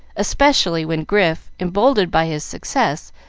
especially when grif, emboldened by his success,